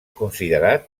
considerat